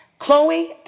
Chloe